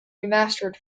remastered